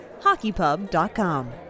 HockeyPub.com